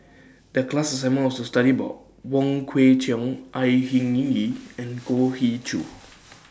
The class assignment was to study about Wong Kwei Cheong Au Hing Yee and Goh He Choo